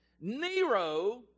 Nero